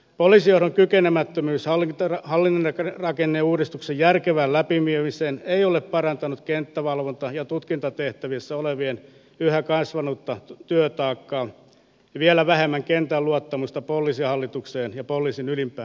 poliisijohdon kykenemättömyys hallintorakenneuudistuksen järkevään läpiviemiseen ei ole parantanut kenttävalvonta ja tutkintatehtävissä olevien yhä kasvanutta työtaakkaa vielä vähemmän kentän luottamusta poliisihallitukseen ja poliisin ylimpään johtoon